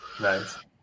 Nice